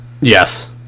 Yes